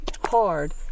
hard